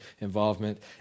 involvement